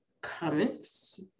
comments